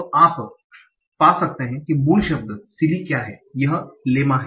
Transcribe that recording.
तो आप पा सकते हैं कि मूल शब्द सिलि क्या है यह लेमा है